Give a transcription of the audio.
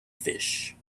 fish